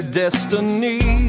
destiny